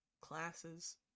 classes